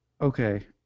okay